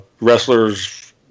wrestlers